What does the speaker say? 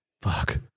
Fuck